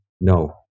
no